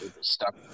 stuck